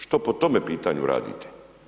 Što po tome pitanju radite?